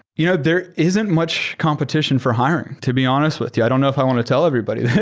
you know there isn't much competition for hiring, to be honest with you. i don't know if i want to tell everybody this,